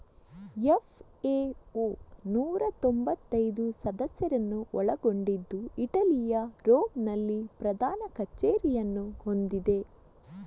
FAO ನೂರಾ ತೊಂಭತ್ತೈದು ಸದಸ್ಯರನ್ನು ಒಳಗೊಂಡಿದ್ದು ಇಟಲಿಯ ರೋಮ್ ನಲ್ಲಿ ಪ್ರಧಾನ ಕಚೇರಿಯನ್ನು ಹೊಂದಿದೆ